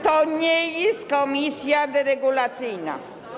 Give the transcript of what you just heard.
To nie jest komisja deregulacyjna.